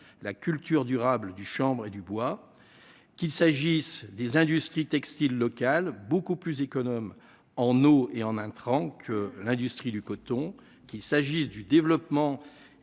la culture durable du chambre et du qu'il s'agisse des industries textiles locales beaucoup plus économes en eau et en intrants que l'industrie du coton, qu'il s'agisse du développement